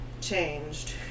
changed